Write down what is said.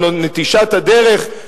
על נטישת הדרך.